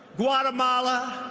guatemala.